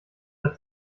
der